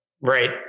Right